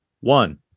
one